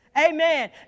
amen